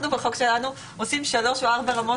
בחוק שלנו אנחנו עושים שלוש או ארבע רמות